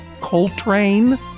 Coltrane